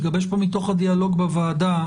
מתגבש פה מתוך הדיאלוג בוועדה,